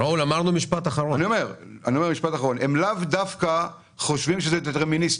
הם לאו דווקא חושבים שזה דטרמיניסטי.